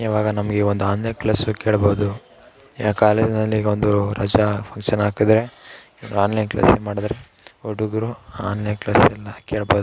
ಯಾವಾಗ ನಮಗೆ ಒಂದು ಆನ್ಲೈನ್ ಕ್ಲಾಸ್ ಕೇಳ್ಬೌದು ಈಗ ಕಾಲೇಜಿನಲ್ಲಿ ಈಗ ಒಂದು ರಜಾ ಫಂಕ್ಷನ್ ಆಗ್ತಿದ್ದರೆ ಆನ್ಲೈನ್ ಕ್ಲಾಸಿಗೆ ಮಾಡಿದ್ರೆ ಹುಡುಗರು ಆನ್ಲೆಲ್ ಕ್ಲಾಸನ್ನು ಕೇಳ್ಬೌದು